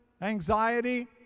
anxiety